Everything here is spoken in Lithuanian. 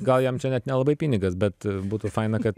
gal jam čia net nelabai pinigas bet būtų faina kad